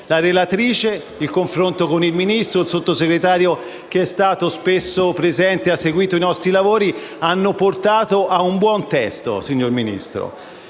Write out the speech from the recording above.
relatrice e il confronto con il Ministro e il Sottosegretario, che è stato spesso presente e ha seguito i nostri lavori, hanno portato a un buon testo. Credo di essere